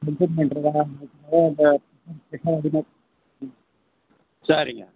சரிங்க